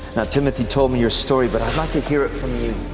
timothy told me your story, but i'd like to hear it from you.